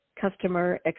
customer